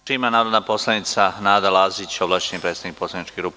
Reč ima narodna poslanica Nada Lazić, ovlašćeni predstavnik poslaničke grupe.